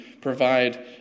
provide